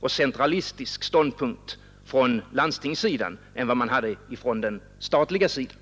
och céenirålistisk ståndpunkt på landstingssidan än på den statliga sidan.